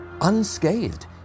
unscathed